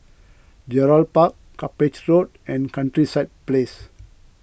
Gerald Park Cuppage Road and Countryside Place